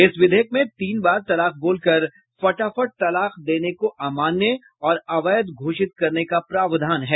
इस विधेयक में तीन बार तलाक बोलकर फटाफट तलाक देने को अमान्य और अवैध घोषित करने का प्रावधान है